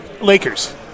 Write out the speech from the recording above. Lakers